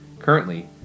Currently